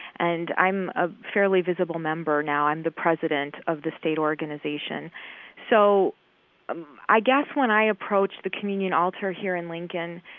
and i'm a fairly visible member now i'm the president of the state organization so i guess when i approach the communion altar here in lincoln,